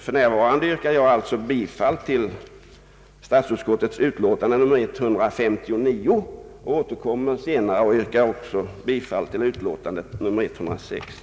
För närvarande yrkar jag alltså bifall till statsutskottets utlåtande nr 159 och återkommer senare med yrkande om bifall till utlåtande nr 160.